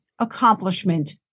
accomplishment